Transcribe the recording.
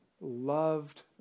loved